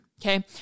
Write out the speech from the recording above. Okay